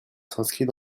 s’inscrit